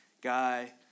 guy